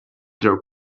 their